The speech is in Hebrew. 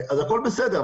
אז הכול בסדר.